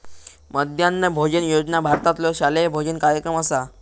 मध्यान्ह भोजन योजना भारतातलो शालेय भोजन कार्यक्रम असा